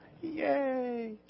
yay